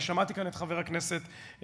אני שמעתי כאן את חבר הכנסת אטיאס,